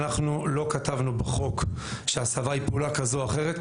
אנחנו לא כתבנו בחוק שההסבה היא פעולה כזאת או אחרת,